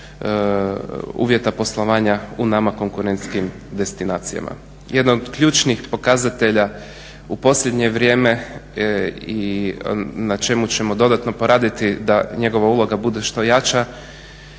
uvjeta poslovanja u nama konkurentskim destinacijama. Jedna od ključnih pokazatelja u posljednje vrijeme i na čemu ćemo dodatno poraditi, da njegova uloga bude što jača